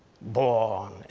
Born